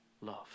love